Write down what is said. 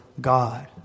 God